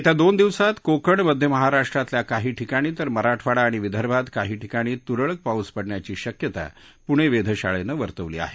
येत्या दोन दिवसात कोकण मध्य महाराष्ट्रातल्या काही ठिकाणी तर मराठवाडा आणि विदर्भात काही ठिकाणी तुरळक पाऊस पडण्याची शक्यता पूणे वेधशाळेनं वर्तवली आहे